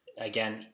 again